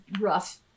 rough